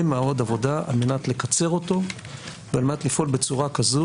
מאוד עבודה על מנת לקצר אותו ועל מנת לפעול בצורה כזו